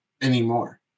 anymore